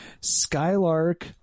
Skylark